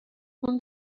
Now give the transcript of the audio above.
اون